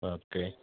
okay